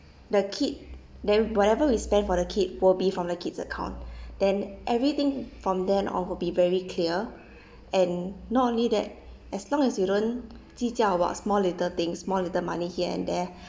the kid then whatever we spend for the kid will be from the kid's account then everything from then on will be very clear and not only that as long as you don't 计较 about small little thing small little money here and there